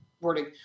wording